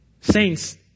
Saints